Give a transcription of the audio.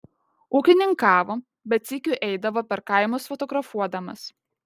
ūkininkavo bet sykiu eidavo per kaimus fotografuodamas